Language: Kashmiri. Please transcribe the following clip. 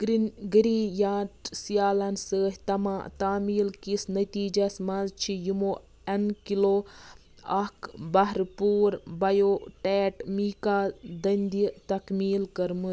گرن گریاٹ سِیالن سۭتۍ تما تعمیٖل کِس نتیٖجَس منٛز چھِ یِمو اٮ۪نکلیوو اَکھ بھرپوٗر بیٛوٗٹیٹ میکا دٔنٛدیہِ تَکمیٖل کٔرمٕژ